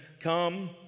come